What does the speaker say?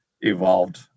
evolved